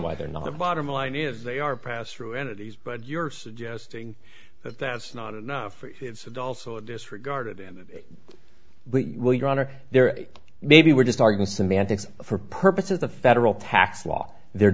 why they're not the bottom line is they are passed through entities but you're suggesting that that's not enough it's also disregarded him we will your honor there maybe we're just arguing semantics for purposes the federal tax law the